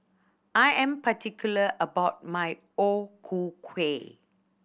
I am particular about my O Ku Kueh